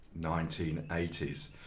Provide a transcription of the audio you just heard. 1980s